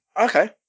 Okay